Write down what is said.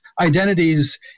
identities